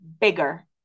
bigger